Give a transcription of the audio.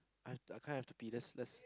I've I have to pee let's let's